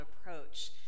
approach